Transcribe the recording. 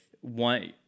one